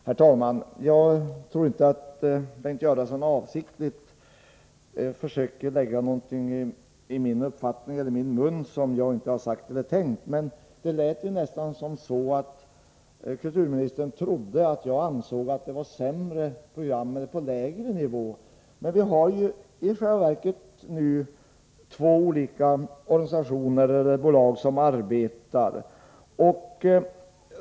Herr talman! Jag tror inte att Bengt Göransson avsiktligt försöker lägga någonting i min mun som jag inte sagt eller tänkt, men det lät nästan som om kulturministern trodde att jag ansåg att programmen är sämre på en lägre nivå inom radioverksamheten. Vi har nu i själva verket två olika bolag som arbetar.